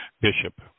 bishop